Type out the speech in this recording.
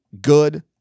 good